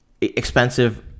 expensive